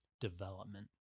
Development